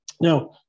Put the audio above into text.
Now